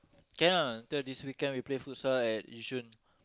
can ah later this weekend we play futsal at Yishun